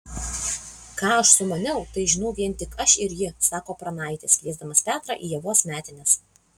ką aš sumaniau tai žinau vien tik aš ir ji sako pranaitis kviesdamas petrą į ievos metines